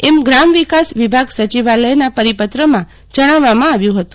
એમ ગ્રામ વિકાસ વિભાગ સચિવાલયના પરિપત્રમાં જણાવવામાં આવ્યું હતું